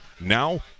Now